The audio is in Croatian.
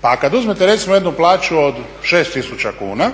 Pa kad uzmete recimo jednu plaću od 6000 kuna,